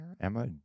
emma